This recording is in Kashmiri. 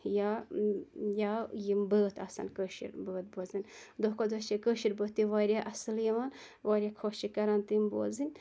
یا یا یِم بٲتھ آسَن کٲشِر بٲتھ بوزٕنۍ دۄہ کھۄتہٕ دۄہ چھِ کٲشِر بٲتھ تہِ واریاہ اصِل یِوان واریاہ خۄش چھِ کَران تِم بوزٕنۍ